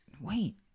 Wait